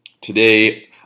Today